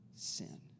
Sin